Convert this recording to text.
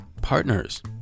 Partners